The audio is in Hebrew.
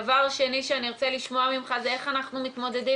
דבר שני שאני ארצה לשמוע ממך זה איך אנחנו מתמודדים